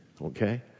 Okay